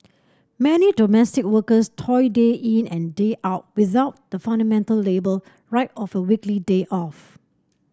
many domestic workers toil day in and day out without the fundamental labour right of a weekly day off